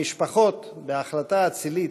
המשפחות, בהחלטה אצילית,